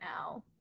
now